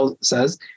says